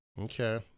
Okay